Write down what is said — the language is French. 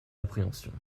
appréhensions